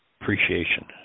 appreciation